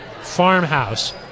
Farmhouse